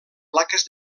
plaques